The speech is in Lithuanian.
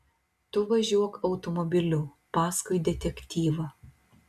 tu važiuok automobiliu paskui detektyvą